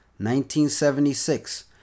1976